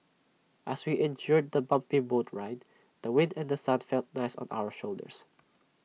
as we endured the bumpy boat ride the wind and sun felt nice on our shoulders